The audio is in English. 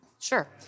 Sure